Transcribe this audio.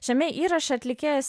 šiame įraše atlikėjas